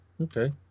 Okay